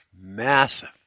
massive